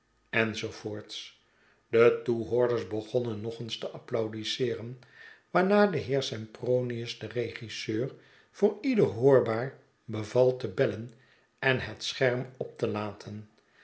de toehoorders begonnen nog eens te applaudisseeren waarna de heer sempronius den regisseur voor ieder hoorbaar beval te bellen en het scherm op te laten